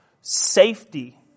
Safety